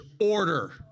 order